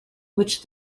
which